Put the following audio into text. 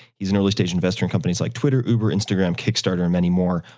he's an early stage investor and companies like twitter, uber, instagram, kickstarter and many more.